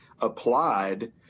applied